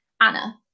Anna